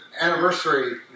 anniversary